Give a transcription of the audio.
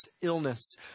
illness